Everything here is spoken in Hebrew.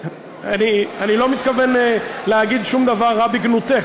אני לא מתכוון להגיד שום דבר רע בגנותך,